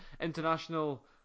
international